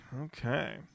Okay